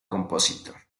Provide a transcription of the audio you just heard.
compositor